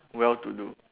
well to do